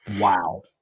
Wow